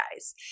guys